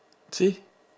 !chey!